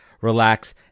relax